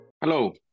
Hello